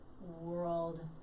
world